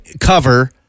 cover